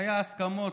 היו הסכמות,